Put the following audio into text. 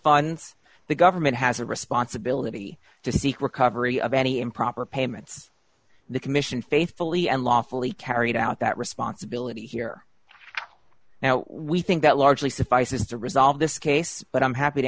funds the government has a responsibility to seek recovery of any improper payments the commission faithfully and lawfully carried out that responsibility here now we think that largely suffices to resolve this case but i'm happy to